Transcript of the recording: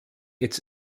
its